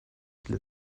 для